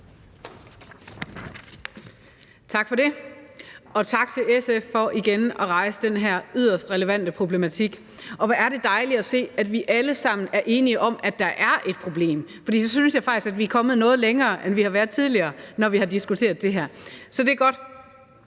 Tak for det, og tak til SF for igen at rejse den her yderst relevante problematik. Hvor er det dejligt at se, at vi alle sammen er enige om, at der er et problem, for så synes jeg faktisk, vi er kommet noget længere, end vi har været tidligere, når vi har diskuteret det her. Så det er godt.